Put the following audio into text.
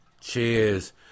Cheers